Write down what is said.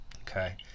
Okay